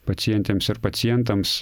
pacientėms ir pacientams